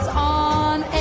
on